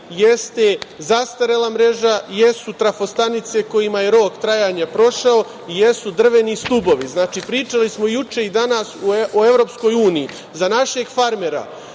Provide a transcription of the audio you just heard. jeste zastarela mreža, trafo stanice kojima je rok trajanja prošao i jesu drveni stubovi. Pričali smo juče i danas o EU, za našeg farmera,